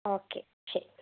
okay ശരി